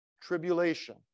tribulation